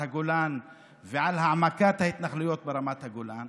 הגולן ועל העמקת ההתנחלויות ברמת הגולן,